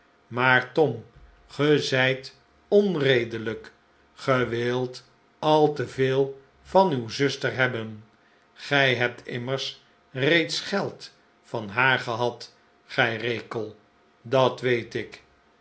maar tom ge zijt onredelijk ge wilt al te veel van uw zuster hebben gij hebtimmers reeds geld van haar gehad gij rekel dat weet ik